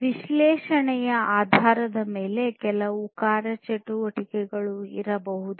ವಿಶ್ಲೇಷಣೆಯ ಆಧಾರದ ಮೇಲೆ ಕೆಲವು ಕಾರ್ಯಚಟುವಟಿಕೆಗಳು ಇರಬಹುದು